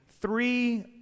three